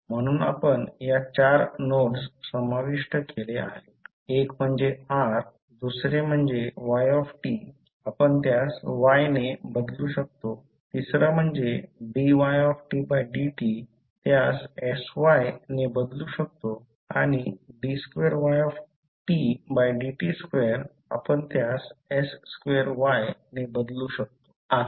म्हणून आपण या चार नोड्स समाविष्ट केल्या आहेत एक म्हणजे R दुसरे म्हणजे y आपण त्यास Y ने बदलू शकतो तिसरा म्हणजे dytdt त्यास sY ने बदलू शकतो आणि d2ydt2 आपण त्यास s2Y ने बदलू शकतो